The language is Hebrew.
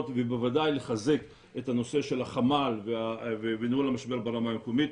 ובוודאי לחזק את הנושא של החמ"ל וניהול המשבר ברמה המקומית.